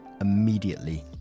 immediately